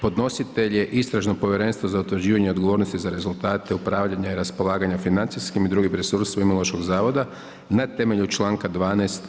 Podnositelj je Istražno povjerenstvo za utvrđivanje odgovornosti za rezultate upravljanja i raspolaganja financijskim i drugim resursima Imunološkog zavoda na temelju čl. 12.